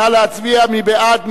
נא להצביע, מי בעד?